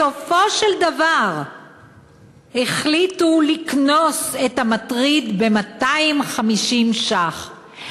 בסופו של דבר החליטו לקנוס את המטריד ב-250 שקל.